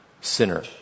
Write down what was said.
sinner